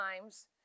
times